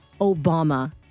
Obama